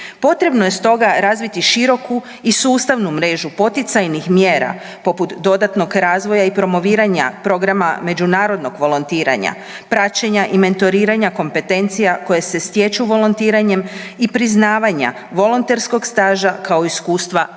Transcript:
Potrebno je stoga razviti široku i sustavnu mrežu poticajnih mjera poput dodatnog razvoja i promoviranja programa međunarodnog volontiranja, praćenja i mentoriranja kompetencija koje se stječu volontiranjem i priznavanja volonterskog staža kao iskustva pri